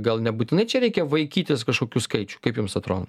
gal nebūtinai čia reikia vaikytis kažkokių skaičių kaip jums atrodo